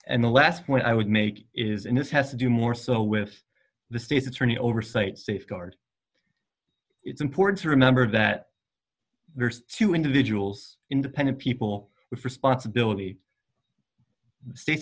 and the last one i would make is and this has to do more so with the state's attorney oversight safeguard it's important to remember that there's two individuals independent people with responsibility state